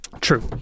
True